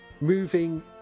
moving